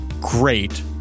great